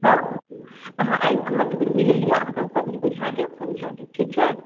हँ अहाँ आबि कऽ हमरासँ मिल लिअ अहाँकेँ हम सभचीज बुझा देब समझा देब ठीक छै